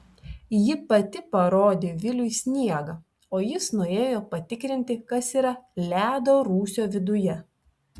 ji pati parodė viliui sniegą o jis nuėjo patikrinti kas yra ledo rūsio viduje